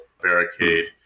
barricade